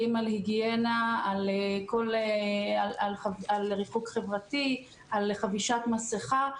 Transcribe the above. היגיינה, על ריחוק חברתי, על חבישת מסכה.